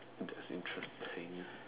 that's interesting